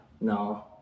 No